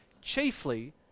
chiefly